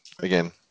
again